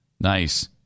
Nice